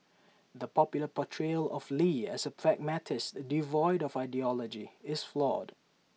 the popular portrayal of lee as A pragmatist devoid of ideology is flawed